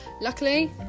luckily